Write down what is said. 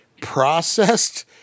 processed